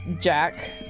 Jack